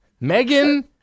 Megan